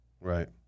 Right